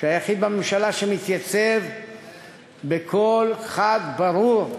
היחיד בממשלה שמתייצב בקול חד וברור